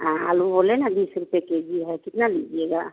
हाँ आलू बोले ना बीस रुपये के जी है कितना लीजिएगा